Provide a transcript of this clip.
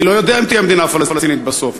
אני לא יודע אם תהיה מדינה פלסטינית בסוף,